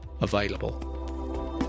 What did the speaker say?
available